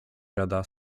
gada